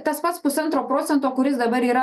tas pats pusantro procento kuris dabar yra